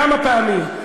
כמה פעמים?